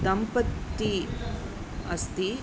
दम्पतिः अस्ति